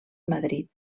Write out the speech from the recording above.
madrid